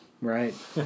Right